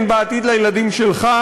אין בה עתיד לילדים שלך,